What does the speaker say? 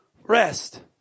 rest